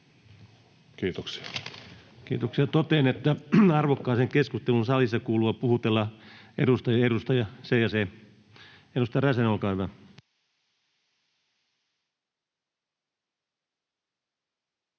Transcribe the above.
Kiitoksia. — Totean, että arvokkaaseen keskusteluun salissa kuuluu puhutella edustajia ”edustaja se ja se”. — Edustaja Räsänen, olkaa hyvä.